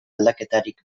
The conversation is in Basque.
aldaketarik